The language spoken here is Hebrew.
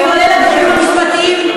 כולל הגורמים המשפטיים,